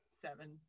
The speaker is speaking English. seven